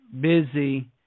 busy